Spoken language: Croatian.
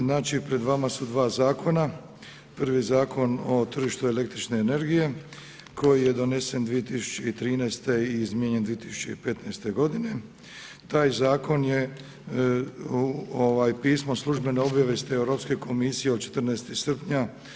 Znači pred vama su dva zakona, prvi Zakon o tržištu električne energije koji je donesen 2013. i izmijenjen 2015. g. Taj zakon je pismo službene obavijesti Europske komisije od 14. srpnja.